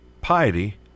piety